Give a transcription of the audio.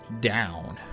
down